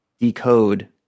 decode